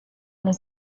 les